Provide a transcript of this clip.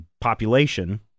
population